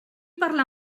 parlar